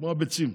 כמו הביצים.